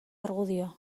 argudio